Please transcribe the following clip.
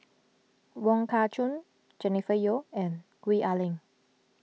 Wong Kah Chun Jennifer Yeo and Gwee Ah Leng